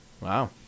Wow